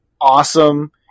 awesome